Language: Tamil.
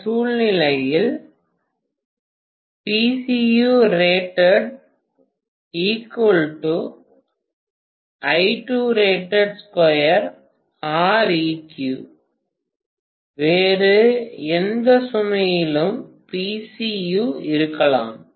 இந்த சூழ்நிலையில் வேறு எந்த சுமையிலும் PCU இருக்கலாம்